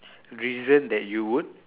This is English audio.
reason that you would